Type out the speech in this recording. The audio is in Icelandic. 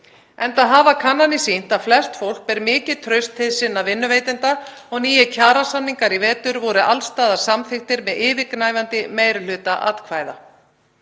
enda hafa kannanir sýnt að flest fólk ber mikið traust til sinna vinnuveitenda og nýir kjarasamningar í vetur voru alls staðar samþykktir með yfirgnæfandi meiri hluta atkvæða.